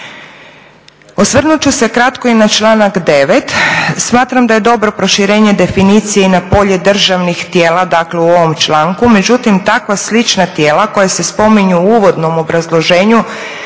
Osvrnuti ću se kratko i na članak 9., smatram da je dobro proširenje definicije i na polje državnih tijela dakle u ovom članku međutim takva slična tijela koja se spominju u uvodnom obrazloženju